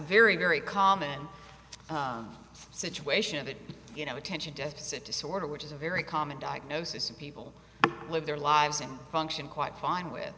very very common situation that you know attention deficit disorder which is a very common diagnosis and people live their lives and function quite fine with